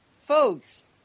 folks